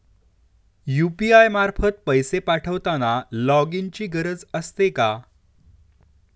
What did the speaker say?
UPI मार्फत पैसे पाठवताना लॉगइनची गरज असते का?